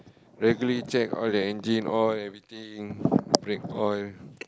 regularly check all the engine all everything brake oil